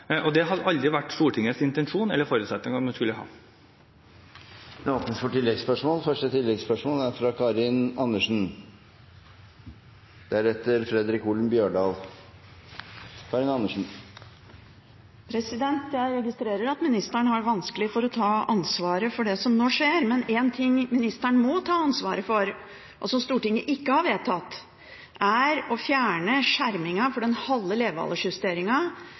Det har aldri vært Stortingets intensjon eller forutsetninger at man skulle ha det. Det åpnes for oppfølgingsspørsmål – først Karin Andersen. Jeg registrerer at ministeren har vanskelig for å ta ansvaret for det som nå skjer, men en ting ministeren må ta ansvaret for, og som Stortinget ikke har vedtatt, er å fjerne skjermingen for den halve